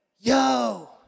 yo